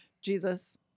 Jesus